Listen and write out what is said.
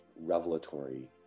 revelatory